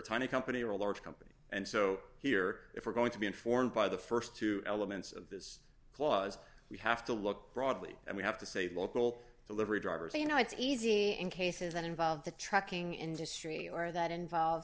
tiny company or a large company and so here if we're going to be informed by the st two elements of this clause we have to look broadly and we have to say local delivery drivers are you know it's easy in cases that involve the trucking in history or that involve